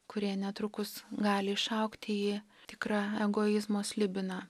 kurie netrukus gali išaugti į tikrą egoizmo slibiną